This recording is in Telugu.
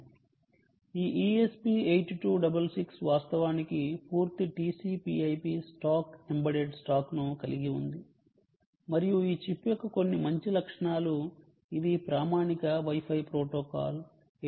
ఈ ESP 8266 వాస్తవానికి పూర్తి TCPIP స్టాక్ ఎంబెడెడ్ స్టాక్ను కలిగి ఉంది మరియు ఈ చిప్ యొక్క కొన్ని మంచి లక్షణాలు ఇది ప్రామాణిక వై ఫై ప్రోటోకాల్ 802